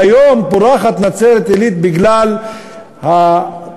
והיום פורחת נצרת-עילית בגלל התושבים